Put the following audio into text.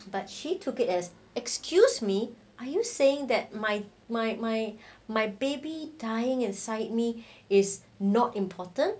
but she took it as excuse me are you saying that my my my my baby dying inside me is not important